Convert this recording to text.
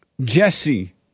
Jesse